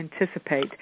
anticipate